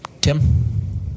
Tim